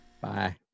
bye